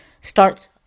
starts